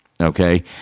Okay